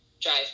drive